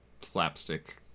slapstick